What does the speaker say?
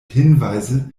hinweise